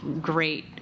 great